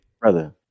Brother